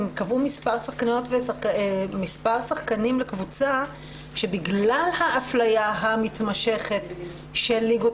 הם קבעו מספר שחקנים לקבוצה שבגלל האפליה המתמשכת של ליגות